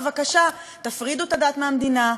בבקשה, תפרידו את הדת מהמדינה,